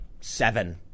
seven